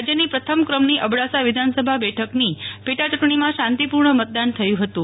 રાજયની પ્રથમ ક્રમની બડાસા વિધાનસભા બેઠકની પેટા ચૂંટણીમાં શાંતિપૂર્ણ મતદાન થયુ હતુ